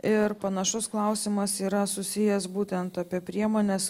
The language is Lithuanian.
ir panašus klausimas yra susijęs būtent apie priemones